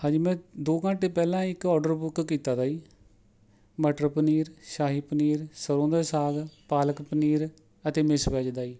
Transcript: ਹਾਂਜੀ ਮੈਂ ਦੋ ਘੰਟੇ ਪਹਿਲਾਂ ਇੱਕ ਆਰਡਰ ਬੁੱਕ ਕੀਤਾ ਤਾ ਜੀ ਮਟਰ ਪਨੀਰ ਸ਼ਾਹੀ ਪਨੀਰ ਸਰ੍ਹੋਂ ਦਾ ਸਾਗ ਪਾਲਕ ਪਨੀਰ ਅਤੇ ਮਿਕਸ ਵੈਜ ਦਾ ਜੀ